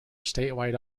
statewide